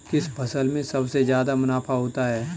किस फसल में सबसे जादा मुनाफा होता है?